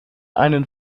einen